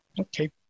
Okay